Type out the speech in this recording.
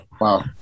Wow